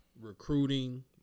recruiting